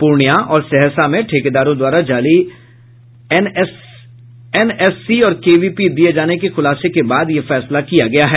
पूर्णिया और सहरसा में ठेकेदारों द्वारा जाली एनएससी और केवीपी दिये जाने के खुलासे के बाद यह फैसला किया गया है